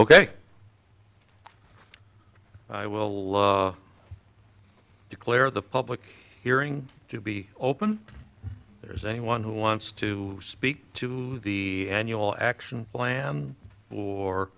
ok i will declare the public hearing to be open there is anyone who wants to speak to the annual action plan for